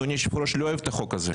אדוני היושב ראש, לא אוהב את החוק הזה.